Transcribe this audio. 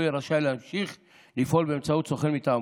יהיה רשאי להמשיך לפעול באמצעות סוכן מטעמו.